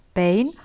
pain